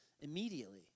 immediately